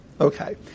Okay